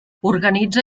organitza